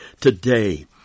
today